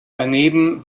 daneben